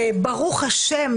ברוך השם,